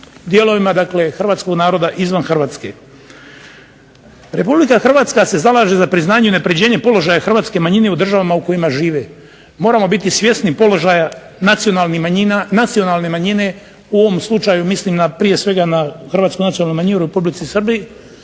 dijelovima Hrvatskog naroda izvan Hrvatske. Republika Hrvatska se zalaže za priznavanje i unapređenje položaja Hrvatske manjine u državama u kojima žive, moramo biti svjesni položaja nacionalne manjine, u ovom slučaju prije svega mislim na Hrvatsku nacionalnu manjinu u Republici Srbiji